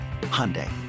Hyundai